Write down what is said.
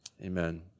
Amen